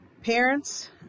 Parents